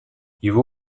его